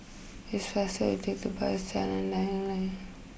it's faster to take the bus to Jalan Layang Layang